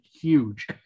huge